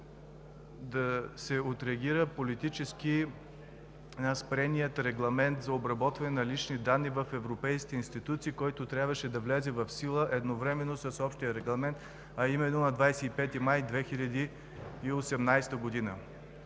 да се отреагира политически спреният регламент за обработване на лични данни в европейските институции, който трябваше да влезе в сила едновременно с общия регламент, а именно на 25 май 2018 г.